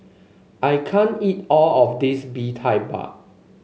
I can't eat all of this Bee Tai Mak